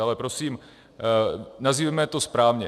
Ale prosím, nazývejme to správně.